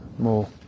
more